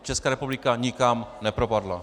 Česká republika nikam nepropadla.